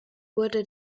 wurde